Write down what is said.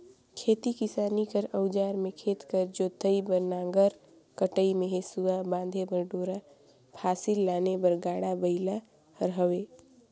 खेती किसानी कर अउजार मे खेत कर जोतई बर नांगर, कटई मे हेसुवा, बांधे बर डोरा, फसिल लाने बर गाड़ा बइला हर हवे